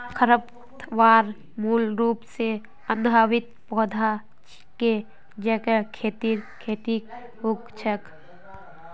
खरपतवार मूल रूप स अवांछित पौधा छिके जेको खेतेर खेतत उग छेक